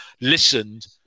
listened